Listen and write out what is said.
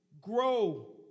grow